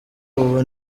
ubu